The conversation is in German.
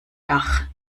dach